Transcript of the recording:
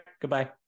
Goodbye